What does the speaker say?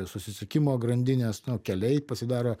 susisiekimo grandinės nu keliai pasidaro